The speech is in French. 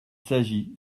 s’agit